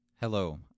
Hello